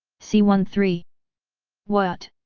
c one three what?